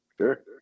Sure